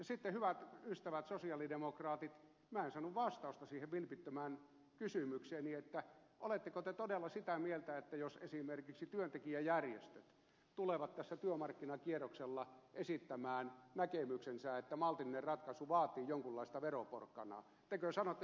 sitten hyvät ystävät sosialidemokraatit minä en saanut vastausta siihen vilpittömään kysymykseeni oletteko te todella sitä mieltä että jos esimerkiksi työntekijäjärjestöt tulevat tällä työmarkkinakierroksella esittämään näkemyksensä että maltillinen ratkaisu vaatii jonkunlaista veroporkkanaa niin te sanotte